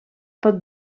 pot